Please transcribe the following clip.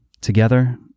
Together